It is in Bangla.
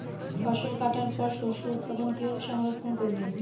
ফসল কাটার পর শস্য উৎপাদন কিভাবে সংরক্ষণ করবেন?